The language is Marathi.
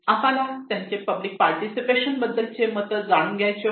आम्हाला त्यांचे पब्लिक पार्टिसिपेशन बद्दल मते जाणून घ्यायची होते